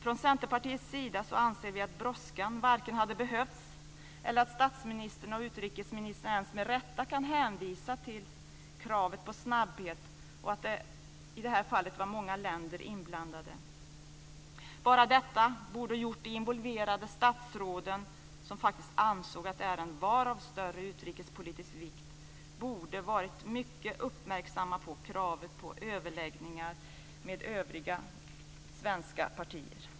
Vi i Centerpartiet anser inte att brådskan var nödvändig och inte heller att statsministern och utrikesministern med rätta kan hänvisa till kravet på snabbhet och att det var många länder inblandade i det här fallet. De involverade statsråden, som faktiskt ansåg att ärendet var av större utrikespolitisk vikt, borde ha varit mycket uppmärksamma på kravet på överläggningar med övriga svenska partier.